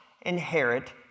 inherit